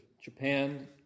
Japan